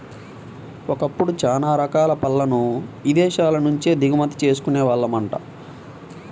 ఒకప్పుడు చానా రకాల పళ్ళను ఇదేశాల నుంచే దిగుమతి చేసుకునే వాళ్ళమంట